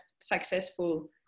successful